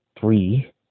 three